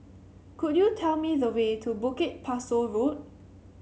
could you tell me the way to Bukit Pasoh Road